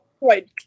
right